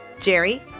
Jerry